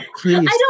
please